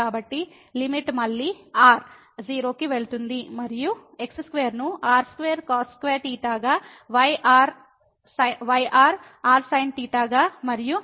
కాబట్టి లిమిట్ మళ్ళీ r 0 కి వెళ్తుంది మరియు x2 ను r2 cos2 గా y r r sin గా మరియు